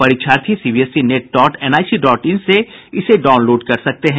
परीक्षार्थी CBSE net dot NIC dot in से इसे डाउनलोड कर सकते हैं